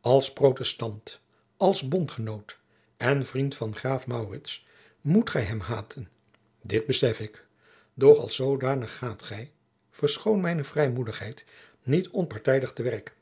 als protestant als bondgenoot en vriend van graaf maurits moet gij hem haten dit besef ik doch als zoodanig gaat gij verschoon mijne vrijmoedigheid niet onpartijdig te werk